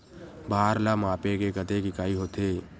भार ला मापे के कतेक इकाई होथे?